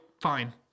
fine